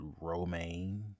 Romaine